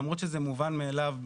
למרות שזה מובן מאליו,